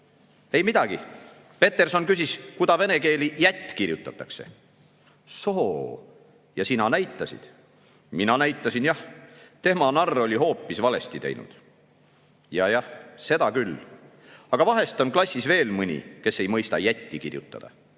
midagi … Peterson küsis, kudas vene keeli jätt kirjutatakse.""Soo, ja sina näitasid?""Mina näitasin jah. Tema narr oli hoopis valesti teinud.""Jajah, seda küll. Aga vahest on klassis veel mõni, kes ei mõista jätti kirjutada.